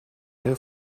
der